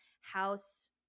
house